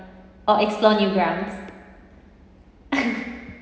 or explore new grounds